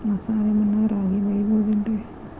ಮಸಾರಿ ಮಣ್ಣಾಗ ರಾಗಿ ಬೆಳಿಬೊದೇನ್ರೇ?